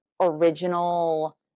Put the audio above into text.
original